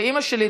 ואימא שלי,